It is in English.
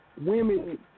women